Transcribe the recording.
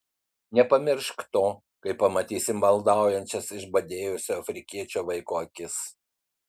nepamiršk to kai pamatysi maldaujančias išbadėjusio afrikiečio vaiko akis